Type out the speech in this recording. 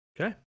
Okay